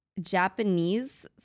Japanese